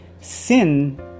sin